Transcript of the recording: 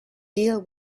deal